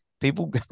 people